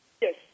Yes